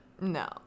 No